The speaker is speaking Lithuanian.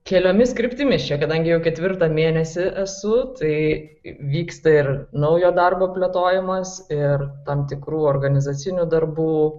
keliomis kryptimis čia kadangi jau ketvirtą mėnesį esu tai vyksta ir naujo darbo plėtojimas ir tam tikrų organizacinių darbų